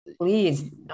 Please